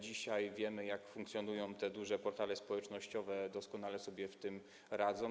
Dzisiaj wiemy, jak funkcjonują te duże portale społecznościowe, doskonale sobie z tym radzą.